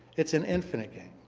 it's an infinite game.